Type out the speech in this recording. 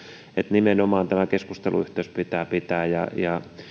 nimenomaan tämä keskusteluyhteys pitää pitää